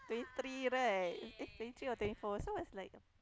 twenty three right eh twenty three or twenty four so I was like